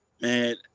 Man